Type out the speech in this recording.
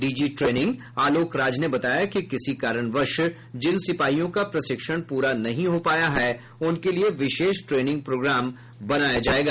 DG training Alok Raj ने बताया कि किसी कारणवश जिन सिपाहियों का प्रशिक्षण पूरा नहीं हो पाया है उनके लिए विशेष ट्रेनिंग प्रोग्राम बनाया जायेगा